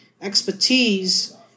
expertise